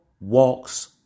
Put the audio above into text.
walks